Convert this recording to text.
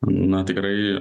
na tikrai